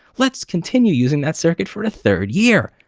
let's continue using that circuit for a third year!